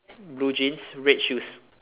blue jeans red shoes